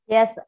Yes